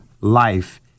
life